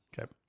okay